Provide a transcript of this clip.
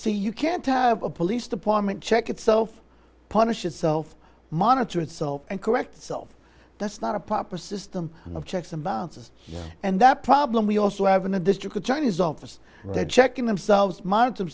so you can't have a police department check itself punish itself monitor itself and correct that's not a proper system of checks and balances and that problem we also have in a district attorney's office there checking themselves m